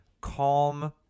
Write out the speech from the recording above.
calm